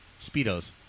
speedos